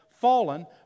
fallen